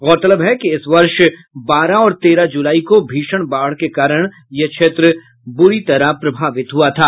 गौरतलब है कि इस वर्ष बारह और तेरह ज़ुलाई को भीषण बाढ़ के कारण यह क्षेत्र बुरी तरह प्रभावित हुये थे